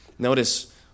Notice